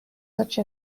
such